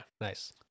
Nice